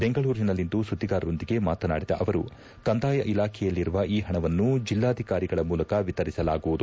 ಬೆಂಗಳೂರಿನಲ್ಲಿಂದು ಸುದ್ವಿಗಾರರೊಂದಿಗೆ ಮಾತನಾಡಿದ ಅವರುಕಂದಾಯ ಇಲಾಖೆಯಲ್ಲಿರುವ ಈ ಪಣವನ್ನು ಜಿಲ್ಲಾಧಿಕಾರಿಗಳ ಮೂಲಕ ವಿತರಿಸಲಾಗುವುದು